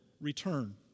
return